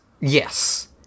Yes